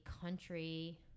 country